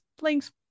links